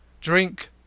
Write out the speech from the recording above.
drink